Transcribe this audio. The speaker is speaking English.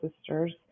sisters